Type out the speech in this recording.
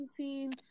2019